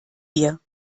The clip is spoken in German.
wir